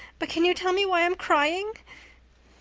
but can you tell me why i'm crying?